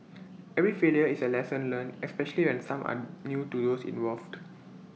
every failure is A lesson learnt especially and some are new to those involved